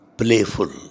playful